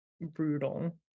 brutal